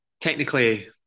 technically